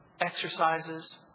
exercises